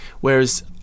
Whereas